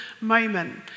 moment